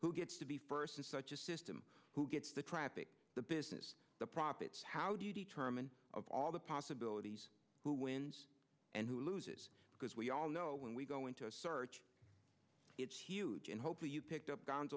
who gets to be first in such a system who gets the traffic the business the profits how do you determine all the possibilities who wins and who loses because we all know when we go into a search it's huge and hopefully you picked up